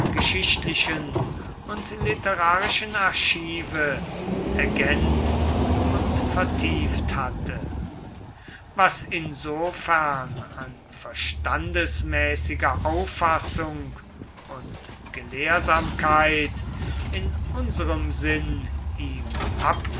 geschichtlichen und literarischen archive ergänzt und vertieft hatte was insofern an verstandesmäßiger auffassung und gelehrsamkeit in unserem sinn ihm